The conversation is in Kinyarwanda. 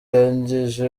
yangije